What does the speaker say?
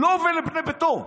לו ולבני ביתו.